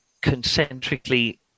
concentrically